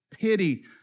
pity